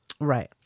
Right